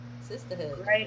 Sisterhood